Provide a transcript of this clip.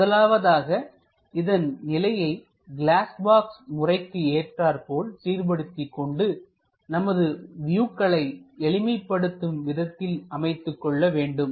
முதலாவதாக இதன் நிலையை கிளாஸ் பாக்ஸ் முறைக்கு ஏற்றார்போல் சீர்படுத்திக் கொண்டு நமது வியூக்களை எளிமைப்படுத்தும் விதத்தில் அமைத்துக் கொள்ள வேண்டும்